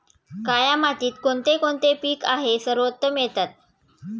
काया मातीत कोणते कोणते पीक आहे सर्वोत्तम येतात?